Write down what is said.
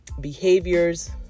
behaviors